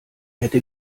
hätte